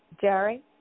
Jerry